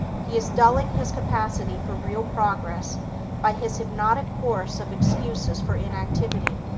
he is dulling his capacity for real progress by his hypnotic course of excuses for inactivity,